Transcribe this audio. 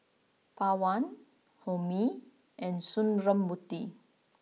Pawan Homi and Sundramoorthy